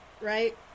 right